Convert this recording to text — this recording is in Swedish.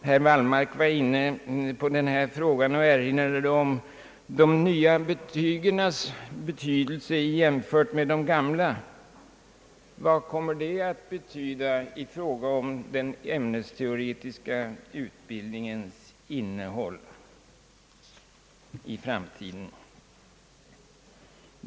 Herr Wallmark var inne på denna fråga och erinrade bl.a. om de nya betygens värde jämfört med de gamlas. Vad kommer detta att betyda i fråga om den ämnesteoretiska utbildningens innehåll i framtiden?